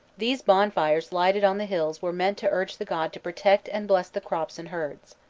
these bonfires lighted on the hills were meant to urge the god to protect and bless the crops and herds.